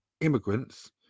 immigrants